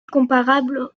comparable